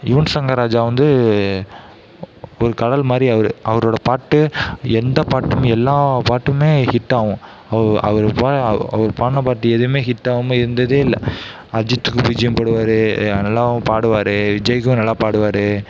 யுவன் ஷங்கர் ராஜா வந்து ஒரு கடல் மாதிரி அவர் அவரோட பாட்டு எந்த பாட்டுமே எல்லா பாட்டுமே ஹிட்டாகும் அவரு அவர் அவர் பாடின பாட்டு எதுவுமே ஹிட்டாகாம இருந்ததே இல்லை அஜித்துக்கு பீஜியம் போடுவார் நல்லாவும் பாடுவார் விஜய்க்கும் நல்லா பாடுவார்